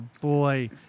Boy